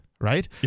right